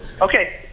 Okay